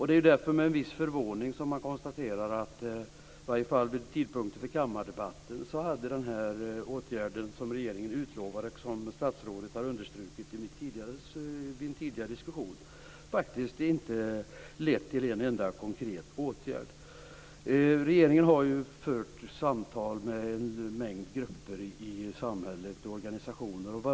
Det är därför med en viss förvåning som man konstaterar att i varje fall vid tidpunkten för kammardebatten hade det som regeringen utlovat och som statsrådet har understrukit vid en tidigare diskussion inte lett till en enda konkret åtgärd. Regeringen har fört samtal med en mängd grupper i samhället och organisationer.